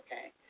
okay